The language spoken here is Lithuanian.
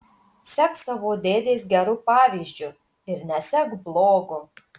sek savo dėdės geru pavyzdžiu ir nesek blogu